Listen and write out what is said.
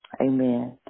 Amen